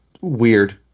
weird